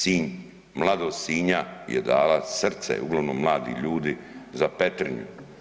Sinj, mladost Sinja je dala srce, uglavnom mladi ljudi za Petrinju.